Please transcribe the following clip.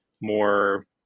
more